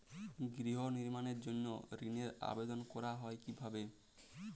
গৃহ নির্মাণের জন্য ঋণের আবেদন করা হয় কিভাবে?